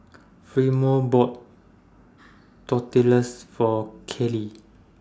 Fremont bought Tortillas For Kelly